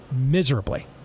miserably